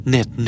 Net